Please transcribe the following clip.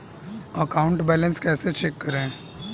Account balance कैसे check करें?